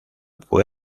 fue